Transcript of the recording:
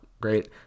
great